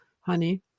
honey